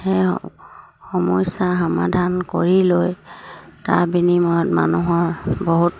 সেই সমস্যাৰ সমাধান কৰি লৈ তাৰ বিনিময়ত মানুহৰ বহুত